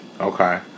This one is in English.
Okay